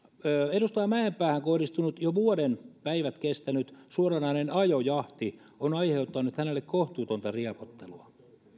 edustaja mäenpäähän kohdistunut jo vuoden päivät kestänyt suoranainen ajojahti on aiheuttanut hänelle kohtuutonta riepottelua